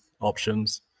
options